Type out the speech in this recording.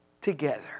together